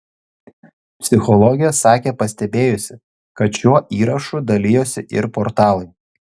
psichologė sakė pastebėjusi kad šiuo įrašu dalijosi ir portalai